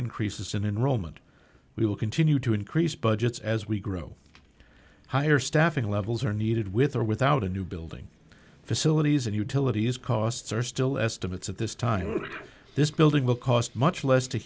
increases in in rome and we will continue to increase budgets as we grow higher staffing levels are needed with or without a new building facilities and utilities costs are still estimates at this time this building will cost much less to